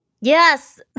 Yes